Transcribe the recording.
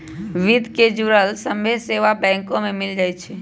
वित्त से जुड़ल सभ्भे सेवा बैंक में मिल जाई छई